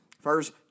First